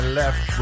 left